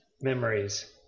memories